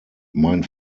mein